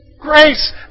Grace